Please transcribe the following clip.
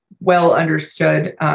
well-understood